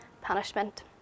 punishment